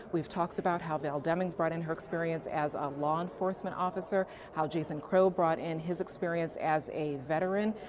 we have talked about how al deming's brought in her experience as a law enforcement officer, how jason crow brought in his experience as a veteran.